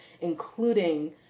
including